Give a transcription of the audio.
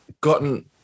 gotten